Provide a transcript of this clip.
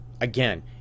again